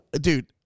Dude-